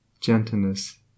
gentleness